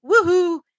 woohoo